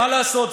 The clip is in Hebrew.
מה לעשות?